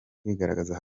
kwigaragaza